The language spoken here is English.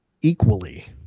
equally